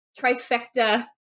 trifecta